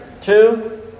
Two